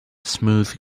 smooth